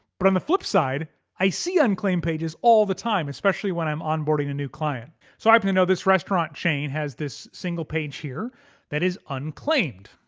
but on the flip side i see unclaimed pages all the time, especially when i'm onboarding a new client. so i happen to know this restaurant chain has this single page here that is unclaimed.